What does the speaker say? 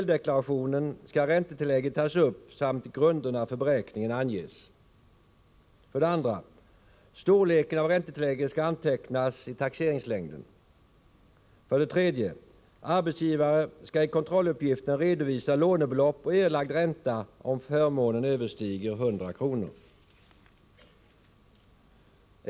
vid 1986 års taxering.